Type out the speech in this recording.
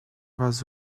was